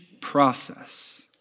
process